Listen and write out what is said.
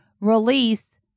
release